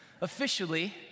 officially